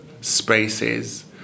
spaces